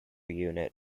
unit